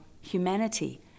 humanity